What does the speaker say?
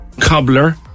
cobbler